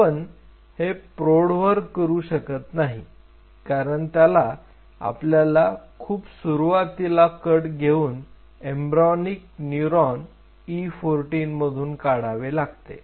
आपण हे प्रौढवर करू शकत नाही कारण त्याला आपल्याला खूप सुरुवातीला कट घेऊन एम्ब्र्योनिक न्यूरॉन E14 मधून काढावे लागते